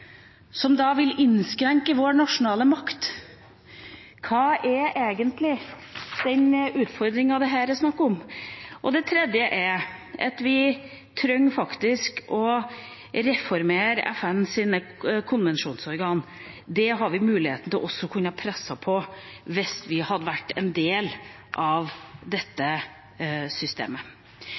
som da vil innskrenke vår nasjonale makt. Hva er egentlig den utfordringen det her er snakk om? Det tredje er at vi faktisk trenger å reformere FNs konvensjonsorgan. Det hadde vi hatt muligheten til også å kunne presse på, hvis vi hadde vært en del av dette systemet.